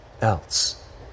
else